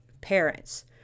parents